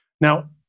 Now